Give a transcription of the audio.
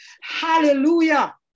Hallelujah